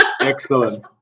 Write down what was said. Excellent